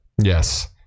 Yes